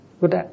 Good